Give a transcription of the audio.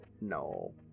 no